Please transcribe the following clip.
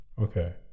Okay